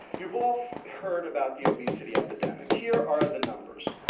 you've all heard about the obesity epidemic. here are the numbers.